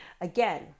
Again